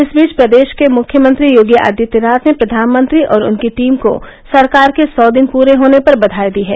इस बीच उत्तर प्रदेश के मुख्यमंत्री योगी आदित्यनाथ ने प्रधानमंत्री और उनकी टीम को सरकार के सौ दिन पूरे होने पर बधाई दी है